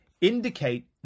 indicate